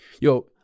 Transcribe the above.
Yo